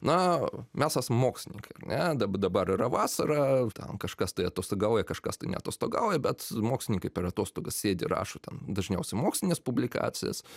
na mes esam mokslininkai ar ne dabar yra vasara ten kažkas tai atostogauja kažkas tai neatostogauja bet mokslininkai per atostogas sėdi rašo ten dažniausiai mokslines publikacijas